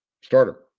starter